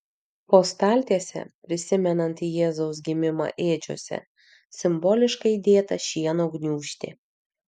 po staltiese prisimenant jėzaus gimimą ėdžiose simboliškai dėta šieno gniūžtė